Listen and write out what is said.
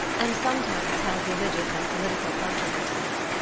and sometimes held religious and political controversies.